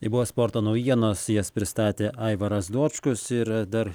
tai buvo sporto naujienos jas pristatė aivaras dočkus ir dar